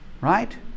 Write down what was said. right